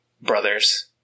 brothers